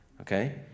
okay